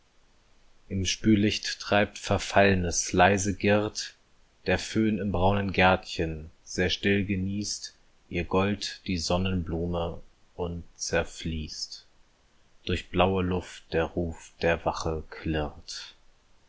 im spülicht treibt verfallnes leise girrt der föhn im braunen gärtchen sehr still genießt ihr gold die sonnenblume und zerfließt durch blaue luft der ruf der wache klirrt